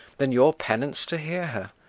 than your penance to hear her.